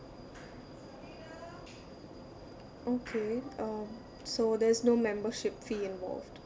okay um so there's no membership fee involved